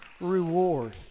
reward